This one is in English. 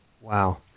wow